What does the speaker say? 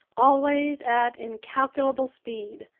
always at incalculable speed!